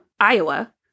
Iowa